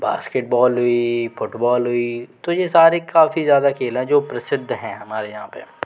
basketball हुई football हुई तो ये सारे काफ़ी ज़्यादा खेल हैं जो प्रसिद्ध हैं हमारे यहाँ पर